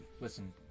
listen